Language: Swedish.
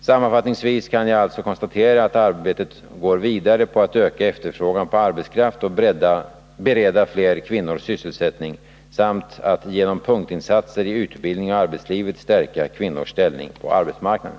Sammanfattningsvis kan jag alltså konstatera att arbetet går vidare på att öka efterfrågan på arbetskraft och bereda fler kvinnor sysselsättning samt att genom punktinsatser i utbildning och arbetslivet stärka kvinnornas ställning på arbetsmarknaden.